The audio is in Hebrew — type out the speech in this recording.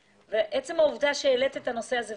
כל הכבוד לך על שהעלית את הנושא הזה.